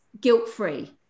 guilt-free